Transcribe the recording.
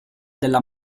della